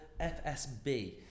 FSB